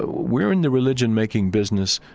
we're in the religion-making business,